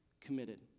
committed